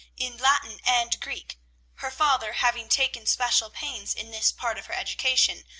in latin and greek her father having taken special pains in this part of her education,